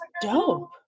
dope